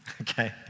okay